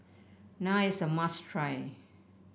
naan is a must try